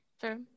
sure